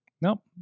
Nope